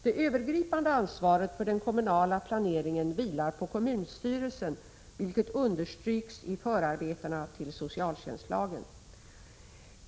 Det övergripande ansvaret för den kommunala planeringen vilar på kommunstyrelsen, vilket understryks i förarbetena till socialtjänstlagen.